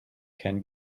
can